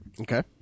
okay